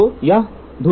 तो यह धुरी बिंदु है